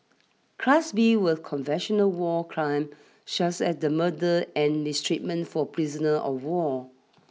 class B were conventional war crime such as the murder and mistreatment of prisoners of war